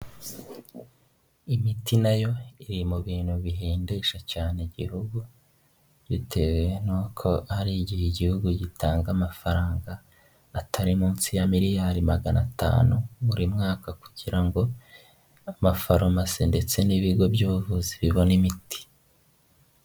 Imiti na yo iri mu bintu bihendesha cyane Igihugu bitewe n'uko hari igihe Igihugu gitanga amafaranga atari munsi ya Miliyari magana atanu buri mwaka kugira ngo amafarumasi ndetse n'ibigo by'ubuvuzi bibone imiti.